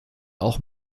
auch